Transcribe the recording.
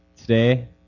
Today